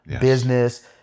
business